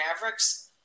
Mavericks